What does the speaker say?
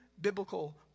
biblical